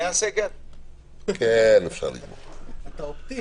סעיפים 4, 6, 7, 8, 23, 24, 25 ו-27